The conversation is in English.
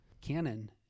canon